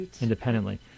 independently